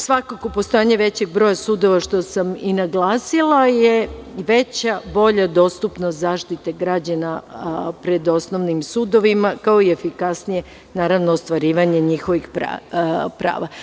Svakako, postojanje većeg broja sudova, što sam i naglasila, je veća, bolja dostupnost zaštite građana pred osnovnim sudovima, kao i efikasnije ostvarivanje njihovih prava.